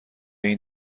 این